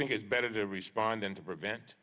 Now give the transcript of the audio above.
think it's better to respond then to prevent